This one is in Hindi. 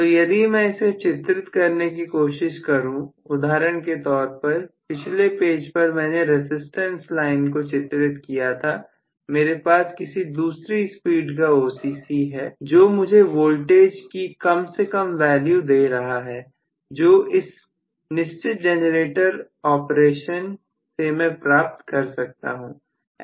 तो यदि मैं से चित्रित करने की कोशिश करो उदाहरण के तौर पर पिछले पेज पर मैंने रसिस्टेंस लाइन को चित्रित किया था मेरे पास किसी दूसरी स्पीड का OCC है जो मुझे वोल्टेज की कम से कम वैल्यू दे रहा है जो इस निश्चित जनरेटर ऑपरेशन से मैं प्राप्त कर सकता हूं